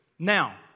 Now